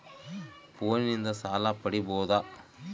ಫೋನಿನಿಂದ ಸಾಲ ಪಡೇಬೋದ?